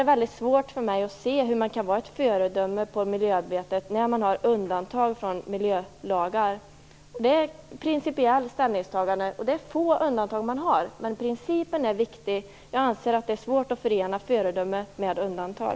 Det är svårt för mig att se hur man kan vara ett föredöme på miljöarbetets område när man har undantag från miljölagar. Det är ett principiellt ställningstagande. Det är få undantag man har, men principen är viktig. Jag anser att det är svårt att förena föredöme med undantag.